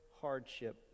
hardship